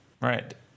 Right